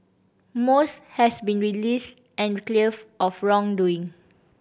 most has been released and cleared of wrongdoing